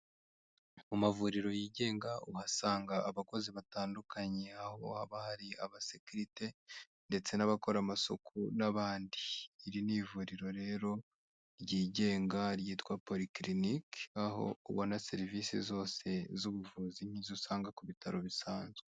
Mu mavuriro yigenga, uhasanga abakozi batandukanye, aho haba hari abasekirite, ndetse n'abakora amasuku, n'abandi, iri ni ivuriro rero ryigenga ryitwa polikilinike, aho ubona serivisi zose z'ubuvuzi nk'izo usanga ku bitaro bisanzwe.